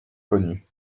connus